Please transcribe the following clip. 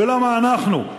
ולמה אנחנו,